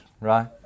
right